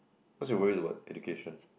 what's your worries about education